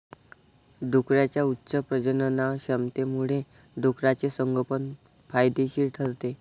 डुकरांच्या उच्च प्रजननक्षमतेमुळे डुकराचे संगोपन फायदेशीर ठरते